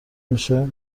میشه